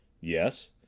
Yes